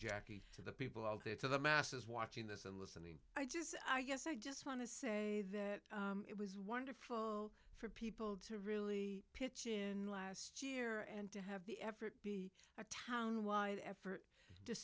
jackie to the people out there to the masses watching this and something i just i guess i just want to say that it was wonderful for people to really pitch in last year and to have the effort be a town wide effort to